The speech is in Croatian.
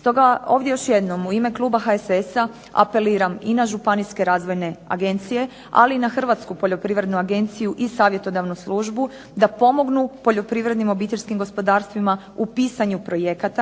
Stoga ovdje još jednom u ime kluba HSS-a apeliram i na županijske razvojne agencije, ali i na Hrvatsku poljoprivrednu agenciju i Savjetodavnu službu da pomognu poljoprivrednim obiteljskim gospodarstvima u pisanju projekata,